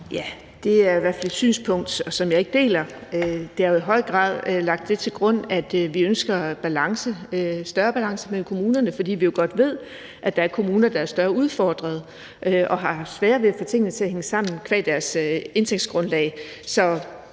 Det er i hvert fald et synspunkt, som jeg ikke deler. Der er jo i høj grad lagt det til grund, at vi ønsker større balance mellem kommunerne, fordi vi jo godt ved, at der er kommuner, der er mere udfordret og har haft sværere ved at få tingene til at hænge sammen qua deres indtægtsgrundlag.